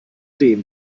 dem